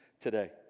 today